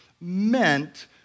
meant